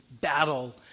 battle